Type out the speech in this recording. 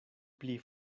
pli